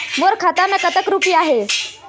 मोर खाता मैं कतक रुपया हे?